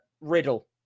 Riddle